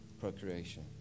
procreation